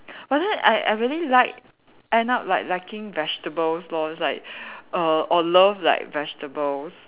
but then I I really like end up like liking vegetables lor it's like err or love like vegetables